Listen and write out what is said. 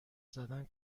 زدن